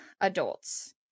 adults